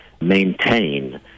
maintain